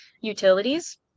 utilities